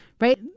right